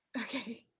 Okay